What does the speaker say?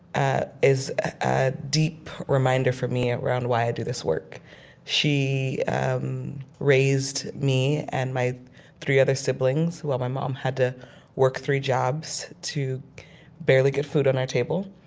ah is a deep reminder for me around why i do this work she raised me and my three other siblings while my mom had to work three jobs to barely get food on our table.